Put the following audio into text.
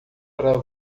para